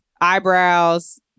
eyebrows